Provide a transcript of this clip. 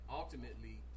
ultimately